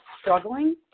struggling